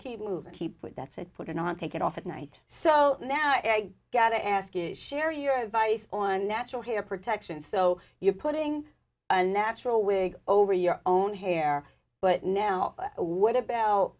keep moving keep with that said put it on take it off at night so now i gotta ask you share your advice on natural hair protection so you're putting a natural wig over your own hair but now what about